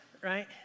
right